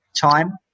time